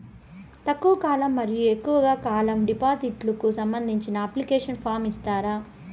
తక్కువ కాలం మరియు ఎక్కువగా కాలం డిపాజిట్లు కు సంబంధించిన అప్లికేషన్ ఫార్మ్ ఇస్తారా?